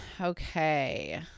Okay